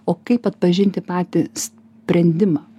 o kaip atpažinti patį sprendimą